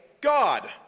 God